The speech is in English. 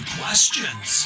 questions